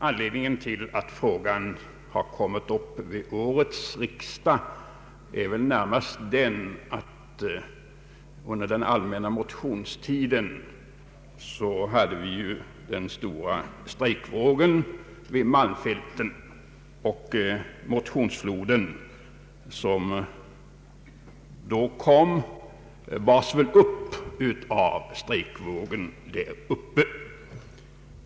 Anledningen till att frågan har kommit upp vid årets riksdag är den stora strejkvåg som under den allmänna motionstiden inträffade vid malmfälten. Den följande motionsfloden bars väl upp av strejkvågen.